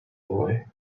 boy